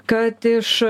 kad iš